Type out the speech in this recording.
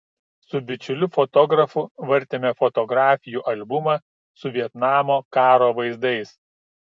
su bičiuliu fotografu vartėme fotografijų albumą su vietnamo karo vaizdais